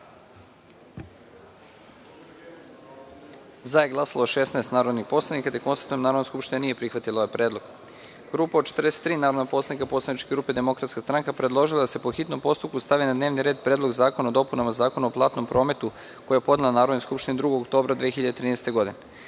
prisutna 164 narodna poslanika. Konstatujem da Narodna skupština nije prihvatila ovaj predlog. Grupa od 43 narodna poslanika Poslaničke grupe Demokratska stranka predložila je da se po hitnom postupku stavi na dnevni red Predlog zakona o dopunama Zakona o platnom prometu, koji je podnela Narodnoj skupštini 2. oktobra 2013.